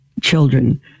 children